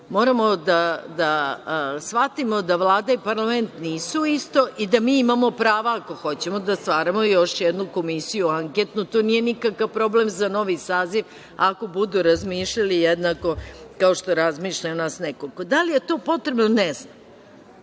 moramo da shvatimo da Vlada i parlament nisu isto i da mi imamo prava ako hoćemo da stvaramo još jednu komisiju anketnu, to nije nikakav problem za novi saziv, ako budu razmišljali jednako kao što razmišlja nas nekoliko. Da li je to potrebno? Ne znam.